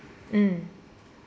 mm